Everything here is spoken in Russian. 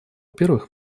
первых